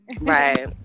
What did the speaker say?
right